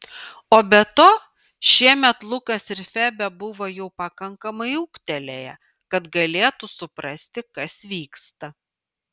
o be to šiemet lukas ir febė buvo jau pakankamai ūgtelėję kad galėtų suprasti kas vyksta